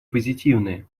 позитивные